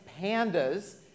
pandas